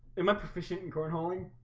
in my proficient and cornholing